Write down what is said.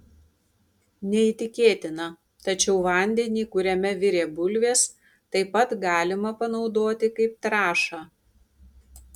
neįtikėtina tačiau vandenį kuriame virė bulvės taip pat galima panaudoti kaip trąšą